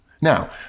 Now